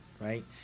right